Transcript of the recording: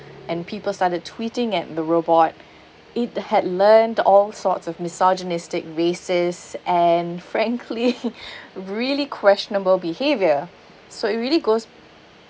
and people started tweeting at the robot it had learned all sorts of misogynistic racist and frankly really questionable behaviour so it really goes